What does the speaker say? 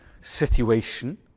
situation